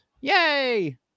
Yay